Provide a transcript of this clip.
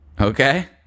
Okay